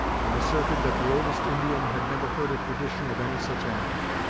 and asserted that the oldest indian had never heard a tradition of any such animal.